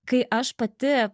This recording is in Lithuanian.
kai aš pati